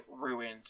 ruined